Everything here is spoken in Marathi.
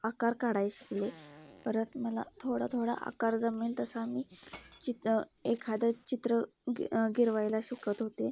आकार काढायला शिकले परत मला थोडा थोडा आकार जमेल तसा मी चित्र एखादं चित्र गि गिरवायला शिकत होते